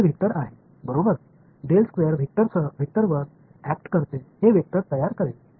மாணவர்வெக்டர் இது ஒரு வெக்டர் ஒரு வெக்டர் மீது செயல்பட்டு அது ஒரு வெக்டரை உருவாக்கும்